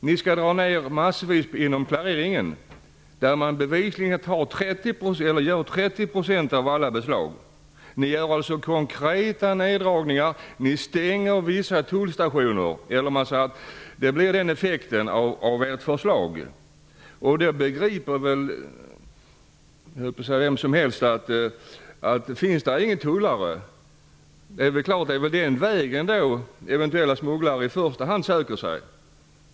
Ni skall dra ner massvis inom klareringen, där man bevisligen gör 30 % av alla beslag. Ni gör alltså konkreta nerdragningar. Ni stänger vissa tullstationer. Det blir effekten av ert förslag. Det begriper väl vem som helst att eventuella smugglare i första hand väljer den väg där det inte finns någon tullare.